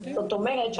זאת אומרת,